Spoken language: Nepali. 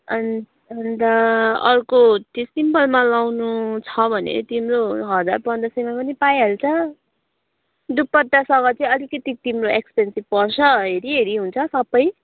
अनि अन्त अर्को त्यही सिम्पलमा लगाउनु छ भने तिम्रो हजार पन्ध्र सयमा पनि पाइहाल्छ दुपट्टासँग चाहिँ अलिकति तिम्रो एक्स्पेन्सिभ पर्छ हेरी हेरी हुन्छ सबै